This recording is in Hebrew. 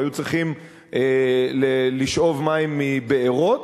היו צריכים לשאוב מים מבארות.